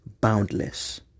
boundless